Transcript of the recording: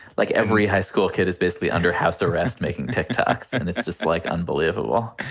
like, every high school kid is basically under house arrest, making tiktoks. and it's just, like, unbelievable.